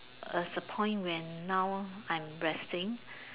as a point when now I am resting